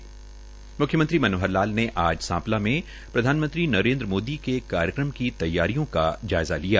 म्ख्यमंत्री मनोहर लाल ने आज सांपला में प्रधानमंत्री नरेन्द्र मोदी के कार्यक्रम की तैयारियों का जायज़ा लिया